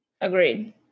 agreed